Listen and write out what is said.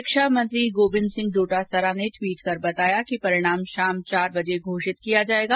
शिक्षा मंत्री गोविन्द सिंह डोटासरा ने टवीट कर बताया कि परिणाम शाम चार बजे घोषित किया जायेगा